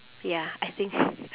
ya I think